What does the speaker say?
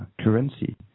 currency